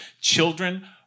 children